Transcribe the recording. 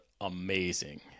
amazing